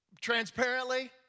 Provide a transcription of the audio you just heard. transparently